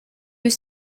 was